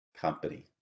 company